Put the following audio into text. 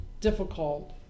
difficult